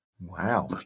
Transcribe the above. Wow